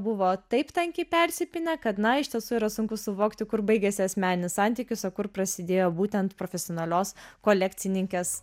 buvo taip tankiai persipynę kad na iš tiesų yra sunku suvokti kur baigiasi asmeninis santykis o kur prasidėjo būtent profesionalios kolekcininkės